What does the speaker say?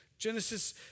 Genesis